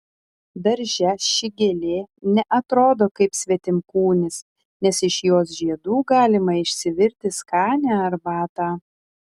darže ši gėlė ne atrodo kaip svetimkūnis nes iš jos žiedų galima išsivirti skanią arbatą